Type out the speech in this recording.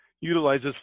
utilizes